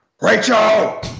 Rachel